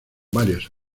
varias